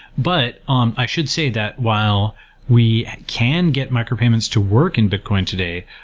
but um i should say that while we can get micropayments to work in bitcoin today,